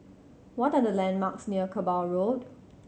what are the landmarks near Kerbau Road